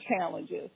challenges